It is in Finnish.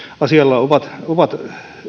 asialla ovat ovat